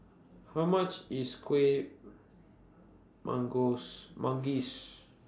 How much IS Kueh Manggis